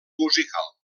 musical